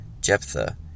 Jephthah